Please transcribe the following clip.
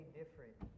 different